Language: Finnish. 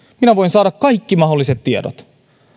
minä voin saada kaikki mahdolliset tiedot